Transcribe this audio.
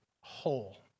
Whole